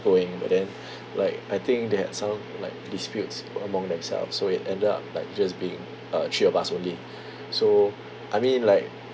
going but then like I think they had some like disputes among themselves so it ended up like just being uh three of us only so I mean like